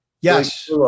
Yes